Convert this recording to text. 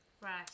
Right